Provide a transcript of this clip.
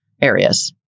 areas